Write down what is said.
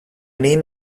name